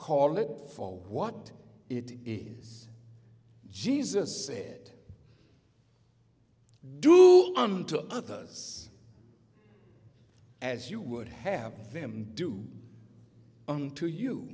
call it for what it is jesus said do unto others as you would have them do unto you